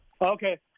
Okay